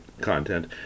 content